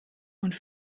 und